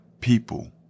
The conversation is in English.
people